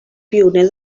pioner